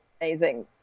amazing